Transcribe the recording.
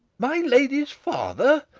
my lady's father!